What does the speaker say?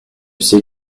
sais